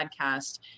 podcast